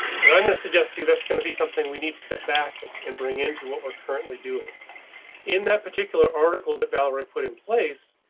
and i'm going to suggest you that's going to be something we need to step back and bring into what we're currently doing in that particular article that valerie put in place.